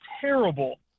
terrible